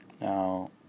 Now